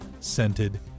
scented